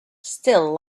still